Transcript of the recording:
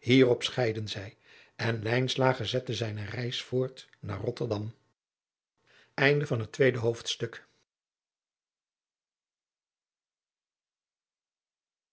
hierop scheidden zij en lijnslager zette zijne reis voort naar rotterdam derde hoofdstuk